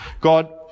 God